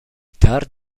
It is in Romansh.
tard